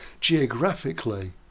geographically